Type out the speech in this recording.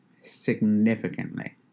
significantly